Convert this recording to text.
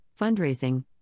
fundraising